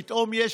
פתאום יש